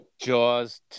Jaws